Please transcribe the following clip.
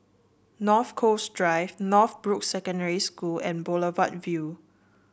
North Coast Drive Northbrooks Secondary School and Boulevard Vue